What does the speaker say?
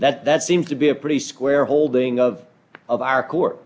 that that seems to be a pretty square holding of of our co